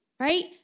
right